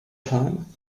time